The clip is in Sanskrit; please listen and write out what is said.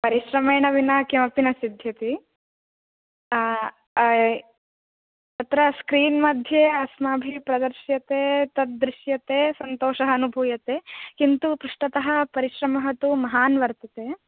परिश्रमेण विना किमपि न सिद्ध्यति अत्र स्क्रीन् मध्ये अस्माभिः प्रदर्श्यते तद्दृश्यते सन्तोषः अनुभूयते किन्तु पृष्ठतः परिश्रमः तु महान् वर्तते